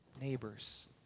neighbors